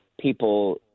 people